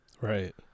Right